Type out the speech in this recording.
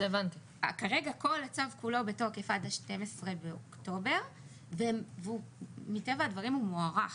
כרגע כל הצו כולו בתוקף עד ה-12 באוקטובר והוא מטבע הדברים מוארך,